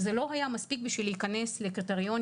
זה לא היה מספיק בשביל להיכנס לקריטריונים